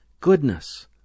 goodness